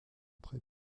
très